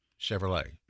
Chevrolet